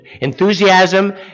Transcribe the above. enthusiasm